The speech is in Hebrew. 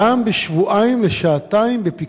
פעם בשבועיים לשעתיים, בפיקוח.